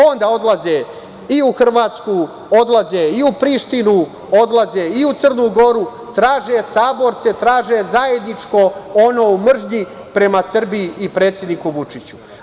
Onda odlaze i u Hrvatsku, odlaze i u Prištinu, odlaze i u Crnu Goru, traže saborce, traže zajedničko ono u mržnji prema Srbiji i predsedniku Vučiću.